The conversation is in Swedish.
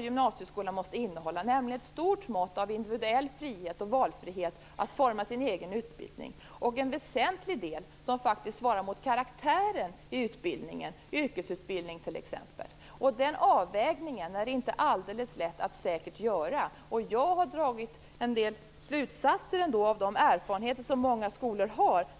gymnasieskolan också måste innehålla, nämligen ett stort mått av individuell frihet och valfrihet att forma sin egen utbildning och en väsentlig del som faktiskt svarar mot karaktären i utbildningen, t.ex. yrkesutbildning. Den avvägningen är inte alldeles lätt att säkert göra. Jag har dragit en del slutsatser av de erfarenheter som många skolor har.